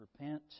Repent